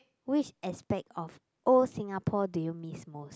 which aspect of old Singapore do you miss most